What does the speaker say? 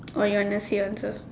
oh you want to say your answer